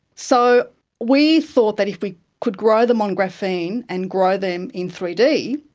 so we thought that if we could grow them on graphene and grow them in three d,